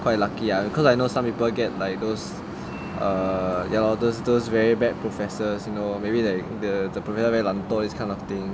quite lucky ah cause I know some people get like those err ya lor those those very bad professors you know maybe like the the professors very 懒惰 this kind of thing